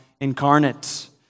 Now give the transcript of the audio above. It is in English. incarnate